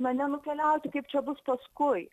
na ne nukeliauti kaip čia bus paskui